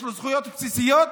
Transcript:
יש לו זכויות בסיסיות,